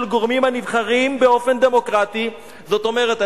גורמים הנבחרים באופן דמוקרטי" זאת אומרת,